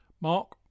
mark